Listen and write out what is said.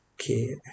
Okay